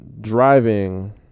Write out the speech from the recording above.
driving